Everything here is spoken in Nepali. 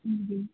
हजुर